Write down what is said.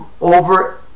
over